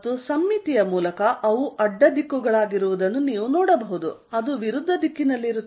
ಮತ್ತು ಸಮ್ಮಿತಿಯ ಮೂಲಕ ಅವು ಅಡ್ಡ ದಿಕ್ಕುಗಳಾಗಿರುವುದನ್ನು ನೀವು ನೋಡಬಹುದು ಅದು ವಿರುದ್ಧ ದಿಕ್ಕಿನಲ್ಲಿರುತ್ತದೆ